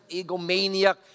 egomaniac